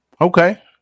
Okay